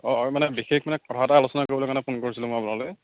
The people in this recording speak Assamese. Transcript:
অঁ হয় মানে বিশেষ মানে কথা এটা আলোচনা কৰিবলৈ কাৰণে মই ফোন কৰিছিলোঁ আপোনালৈ